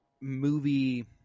movie –